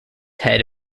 head